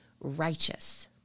righteous